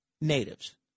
Natives